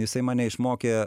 jisai mane išmokė